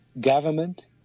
government